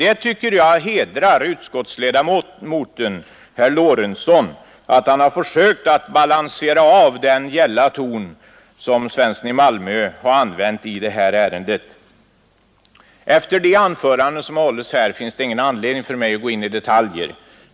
Det tycker jag hedrar utskottsledamoten herr Lorentzon att han har försökt att balansera av den gälla ton som herr Svensson i Malmö har använt i det här ärendet. Efter de anföranden som hållits finns det ingen anledning för mig att gå in i detaljer.